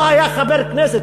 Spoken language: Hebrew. לא היה חבר כנסת,